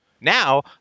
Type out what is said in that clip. Now